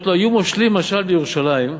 היו מושלים משל בירושלים,